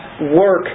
work